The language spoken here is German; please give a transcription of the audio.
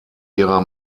ihrer